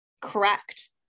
correct